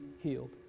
healed